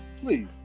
Please